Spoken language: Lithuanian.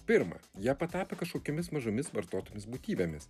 pirma jie patapo kažkokiomis mažomis vartotomis būtybėmis